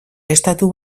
estatu